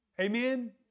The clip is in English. Amen